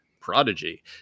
Prodigy